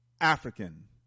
African